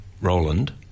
Roland